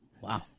Wow